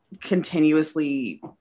continuously